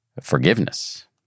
forgiveness